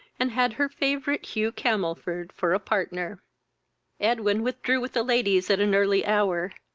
and had her favourite hugh camelford for a partner edwin withdrew with the ladies at an early hour.